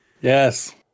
Yes